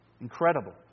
Incredible